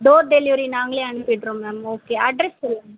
door delivery நாங்களே அனுப்பிடறோம் ma'am okay address சொல்லுங்கள்